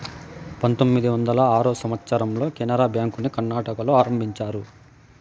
పంతొమ్మిది వందల ఆరో సంవచ్చరంలో కెనరా బ్యాంకుని కర్ణాటకలో ఆరంభించారు